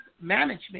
management